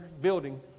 building